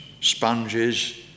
sponges